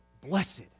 Blessed